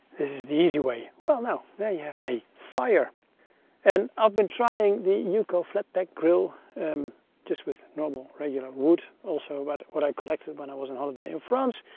is the easy way well now there you have a fire and i've been trying the uco flatpack grill just with normal regular wood also but what i collected when i was on holiday in france,